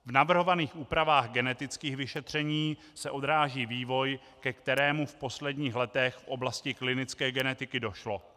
V navrhovaných úpravách genetických vyšetření se odráží vývoj, ke kterému v posledních letech v oblasti klinické genetiky došlo.